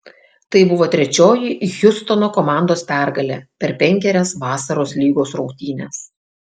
tai buvo trečioji hjustono komandos pergalė per penkerias vasaros lygos rungtynes